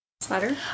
slatter